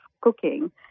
cooking—